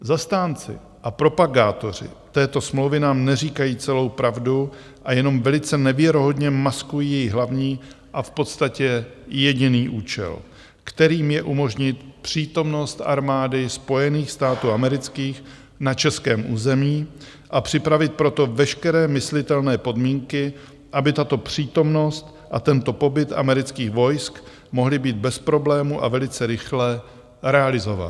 Zastánci a propagátoři této smlouvy nám neříkají celou pravdu a jenom velice nevěrohodně maskují její hlavní a v podstatě jediný účel, kterým je umožnit přítomnost Armády Spojených států amerických na českém území a připravit pro to veškeré myslitelné podmínky, aby tato přítomnost a tento pobyt amerických vojsk mohly být bez problému a velice rychle realizovány.